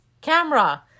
camera